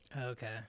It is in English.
Okay